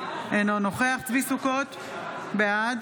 אינו נוכח צבי ידידיה סוכות, בעד